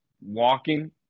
walking